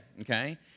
okay